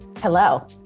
hello